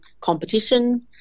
competition